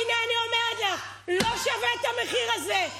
הינה, אני אומרת לך, לא שווה את המחיר הזה.